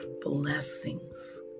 blessings